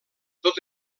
tot